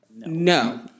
No